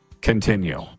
continue